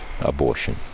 Abortion